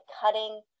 cutting